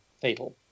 fatal